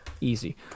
Easy